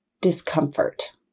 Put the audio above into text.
discomfort